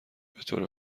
بطور